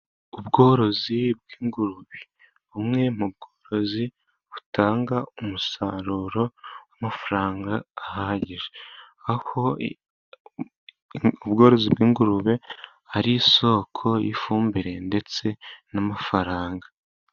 Ubworozi bw'ingurube bumwe mu bworozi butanga umusaruro w'amafaranga ahagije. Aho ubworozi bw'ingurube ari isoko y'ifumbire ndetse n'amafaranga.